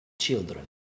children